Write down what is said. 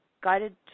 guided